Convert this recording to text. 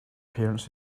parents